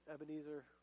Ebenezer